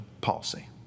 policy